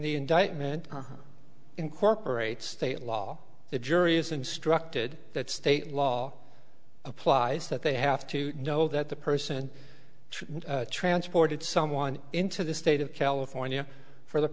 the indictment incorporates state law the jury is instructed that state law applies that they have to know that the person transported someone into the state of california for the